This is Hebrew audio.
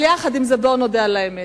עם זה, בואו נודה על האמת: